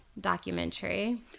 documentary